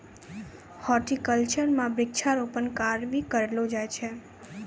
horticulture म वृक्षारोपण कार्य भी करलो जाय छै